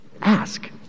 ask